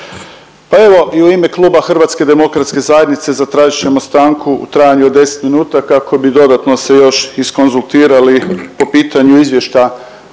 Pa evo i u ime kluba HDZ-a zatražit ćemo stanku u trajanju od deset minuta kako bi dodatno se još izkonzultirali po pitanju izvještaja